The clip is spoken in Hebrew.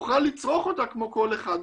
תוכל לצרוך אותה כמו כל אחד אחר.